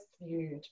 viewed